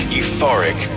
euphoric